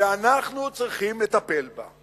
ואנחנו צריכים לטפל בה.